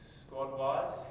Squad-wise